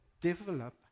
develop